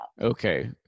Okay